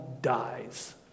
dies